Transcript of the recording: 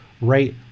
right